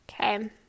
okay